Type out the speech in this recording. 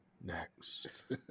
next